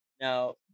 Now